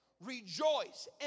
Rejoice